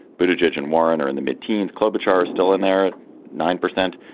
but a judge and warren are in the mid-teens club, which are still in their nine percent.